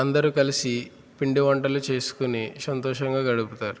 అందరు కలిసి పిండి వంటలు చేసుకుని సంతోషంగా గడుపుతారు